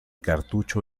cartucho